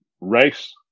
Race